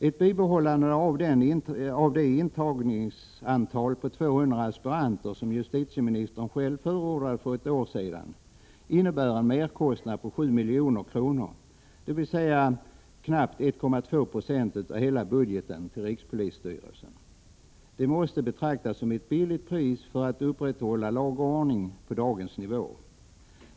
Ett bibehållande av det intagningsantal på 200 aspiranter som justitieministern själv förordade för ett år sedan innebär en merkostnad av 7 milj.kr., dvs. knappt 1,2960 av hela budgeten för rikspolisstyrelsen. Det måste betraktas som ett billigt pris för att bibehålla lag och ordning på dagens nivå.